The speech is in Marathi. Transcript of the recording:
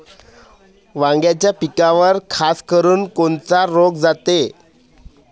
वांग्याच्या पिकावर खासकरुन कोनचा रोग जाते?